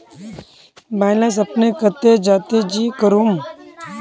Balance अपने कते जाले की करूम?